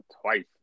twice